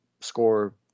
score